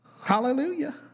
Hallelujah